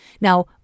Now